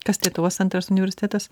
kas lietuvos antras universitetas